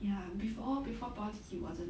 ya before before poly he wasn't